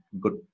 good